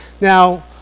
Now